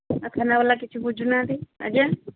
ଆଉ ଥାନା ବାଲା କିଛି ବୁଝୁ ନାହାନ୍ତି ଆଜ୍ଞା